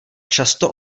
často